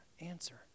answer